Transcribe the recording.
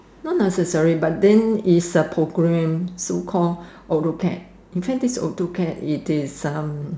not necessary but then is a program so called AutoCAD in fact this AutoCAD it is um